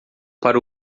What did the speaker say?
para